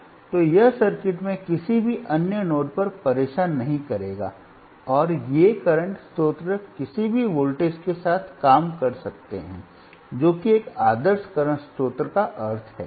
तो यह सर्किट में किसी भी अन्य नोड को परेशान नहीं करेगा और ये करंट स्रोत किसी भी वोल्टेज के साथ काम कर सकते हैं जो कि एक आदर्श करंट स्रोत का अर्थ है